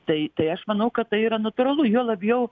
tai tai aš manau kad tai yra natūralu juo labiau